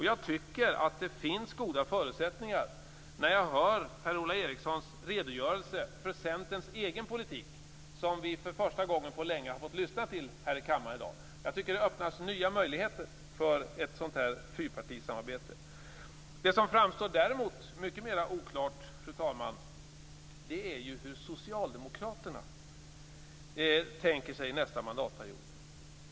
Jag tycker att det finns goda förutsättningar för det när jag hör Per-Ola Erikssons redogörelse för Centerns egen politik som vi för första gången på länge har fått lyssna till här i kammaren i dag. Jag tycker att det öppnas nya möjligheter för ett fyrpartisamarbete. Fru talman! Det som däremot framstår som mycket mera oklart är ju hur Socialdemokraterna tänker sig nästa mandatperiod.